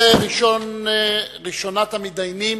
ראשונת המתדיינים,